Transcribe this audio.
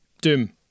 Doom